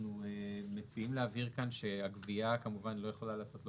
אנחנו מציעים להבהיר כאן שהגבייה כמובן לא יכולה להיעשות לא